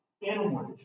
inward